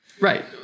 Right